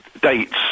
dates